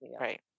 Right